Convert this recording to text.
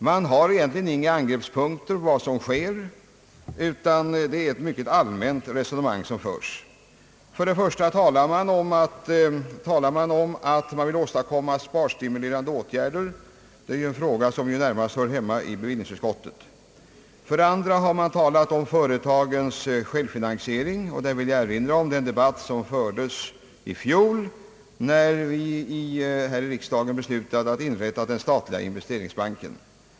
Man har egentligen inga angreppspunkter beträffande regeringspolitiken utan det är ett mycket allmänt resonemang som förs. För det första talar reservanterna om att man vill åstadkomma sparstimulerande åtgärder. Det är ju en fråga som närmast hör hemma i bevillningsutskottet. För det andra talar man om företagens självfinansiering, och där vill jag erinra om den debatt, som fördes i fjol när vi här i riksdagen beslutade att inrätta den statliga investeringsbanken.